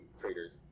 traders